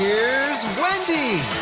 here's wendy!